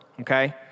Okay